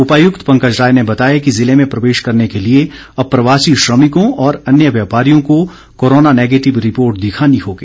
उपायुक्त पंकज राय ने बताया कि जिले में प्रवेश करने के लिए अप्रवासी श्रमिकों और अन्य व्यापारियों को कोरोना नेगेटिव रिपोर्ट दिखानी होगी